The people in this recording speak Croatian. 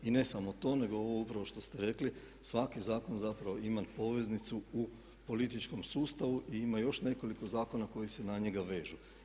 I ne samo to, nego ovo upravo što ste rekli, svaki zakon zapravo ima poveznicu u političkom sustavu i ima još nekoliko zakona koji se na njega vežu.